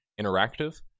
Interactive